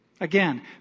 Again